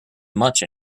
much